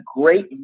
great